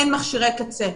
אין מכשירי קצה,